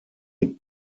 mit